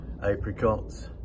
apricots